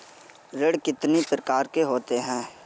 ऋण कितनी प्रकार के होते हैं?